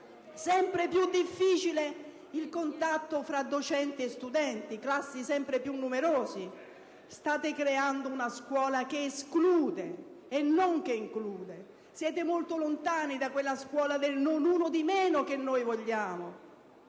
sempre più difficile il contatto tra docente e studenti; classi sempre più numerose. State creando una scuola che esclude e non che include. Siete molto lontani da quella scuola del «non uno di meno» che noi vogliamo.